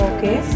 Okay